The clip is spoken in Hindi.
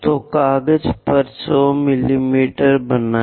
तो कागज पर 100 मिमी बनाये